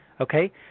Okay